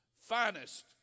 finest